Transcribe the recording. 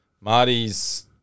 Marty's